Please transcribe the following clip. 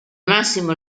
massimo